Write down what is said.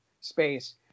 space